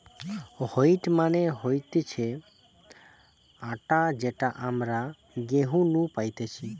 wheat মানে হতিছে আটা যেটা আমরা গেহু নু পাইতেছে